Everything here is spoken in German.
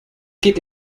geht